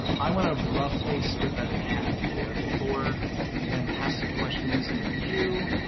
um i want to roughly split that in half. we have four fantastic questions in the queue,